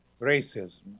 racism